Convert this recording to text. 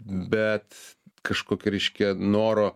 bet kažkokio reiškia noro